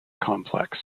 complex